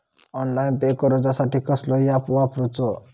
Online pay करूचा साठी कसलो ऍप वापरूचो?